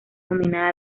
nominada